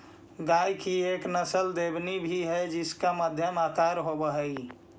गाय की एक नस्ल देवनी भी है जिसका मध्यम आकार होवअ हई